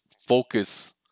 focus